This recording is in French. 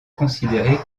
considéré